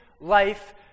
life